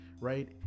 Right